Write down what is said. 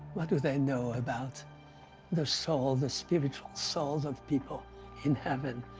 what do they know about the souls, the spiritual souls of people in heaven?